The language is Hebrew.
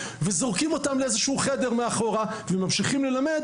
אך זורקים אותם באיזה חדר אחורי וממשיכים ללמד